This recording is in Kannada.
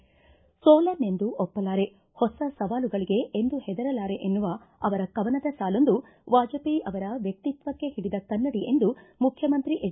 ಸೋಲನ್ನೆಂದೂ ಒಪ್ಪಲಾರೆ ಹೊಸ ಸವಾಲುಗಳಿಗೆಂದೂ ಹೆದರಲಾರೆ ಎನ್ನುವ ಅವರ ಕವನದ ಸಾಲೊಂದು ವಾಜಪೇಯ ಅವರ ವ್ಯಕ್ತಿತ್ವಕ್ಷ ಹಿಡಿದ ಕನ್ನಡಿ ಎಂದು ಮುಖ್ಯಮಂತ್ರಿ ಎಚ್